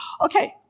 Okay